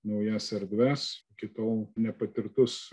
naujas erdves iki tol nepatirtus